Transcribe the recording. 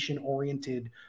oriented